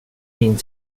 min